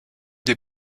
des